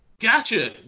Gotcha